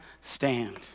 stand